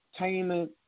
entertainment